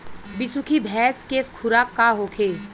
बिसुखी भैंस के खुराक का होखे?